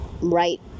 right